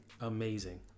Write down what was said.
amazing